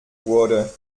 wurde